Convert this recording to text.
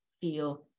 feel